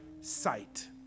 sight